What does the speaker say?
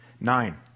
Nine